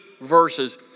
verses